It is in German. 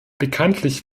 bekanntlich